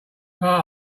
part